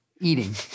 Eating